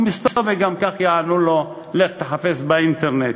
ומסתמא גם כך יענו לו: לך תחפש באינטרנט.